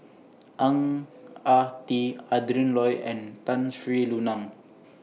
Ang Ah Tee Adrin Loi and Tun Sri Lanang